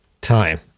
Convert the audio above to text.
time